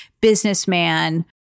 businessman